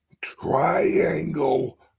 Triangle